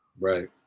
Right